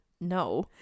no